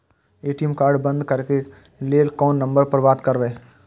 ATM card बंद करे के लेल कोन नंबर पर बात करबे?